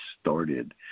started